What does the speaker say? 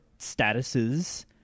statuses